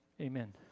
Amen